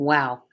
Wow